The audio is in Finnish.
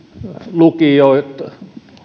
lukiot